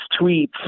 tweets